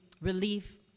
relief